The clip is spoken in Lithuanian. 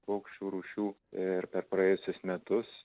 paukščių rūšių ir per praėjusius metus